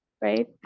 right